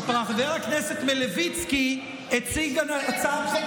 חבר הכנסת מלביצקי הציג הצעת חוק